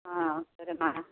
సరే అమ్మ